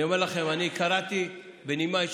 אני אומר לכם בנימה אישית,